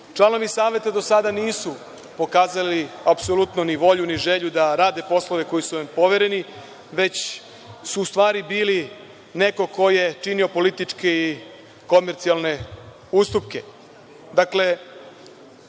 ulogu. Članovi Saveta do sada nisu pokazali apsolutno ni volju ni želju da rade poslove koji su im povereni, već su u stvari bili neko ko je činio političke i komercijalne ustupke.